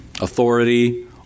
authority